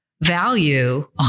value